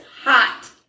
hot